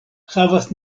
havas